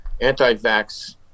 anti-vax